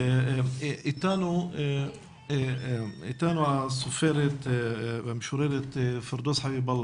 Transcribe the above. איתנו הסופרת והמשוררת פירדאוס חביב אללה,